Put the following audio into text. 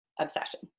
obsession